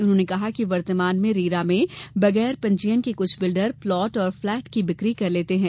उन्होंने कहा कि वर्तमान में रेरा में बगैर पंजीयन के कुछ बिल्डर प्लॉट और फ्लैट की बिक्री कर लेते है